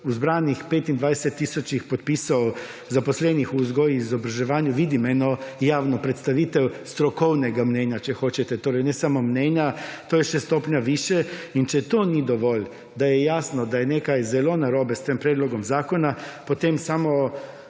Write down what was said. zbranih 25 tisoč podpisov zaposlenih v vzgoji in izobraževanju vidim eno javno predstavitev strokovnega mnenja, če hočete, torej ne samo mnenja, to je še stopnja višje in če to ni dovolj, da je jasno, da je nekaj zelo narobe s tem predlogom zakona, potem nam